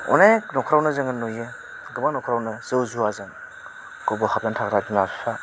अनेक नखरावनो जोङो नुयो गोबां नखरावनो जौ जुवाजों गब'हाबनानै थाग्रा बिमा फिफा